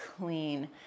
clean